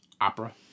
opera